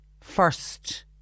first